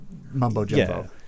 mumbo-jumbo